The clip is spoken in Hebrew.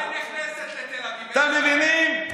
אתם מבינים?